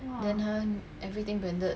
then ha everything branded